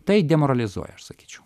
tai demoralizuoja aš sakyčiau